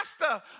master